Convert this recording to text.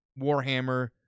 Warhammer